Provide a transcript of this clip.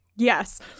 Yes